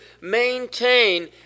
maintain